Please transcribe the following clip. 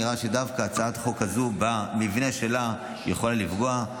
נראה שדווקא הצעת החוק הזו במבנה שלה יכולה לפגוע.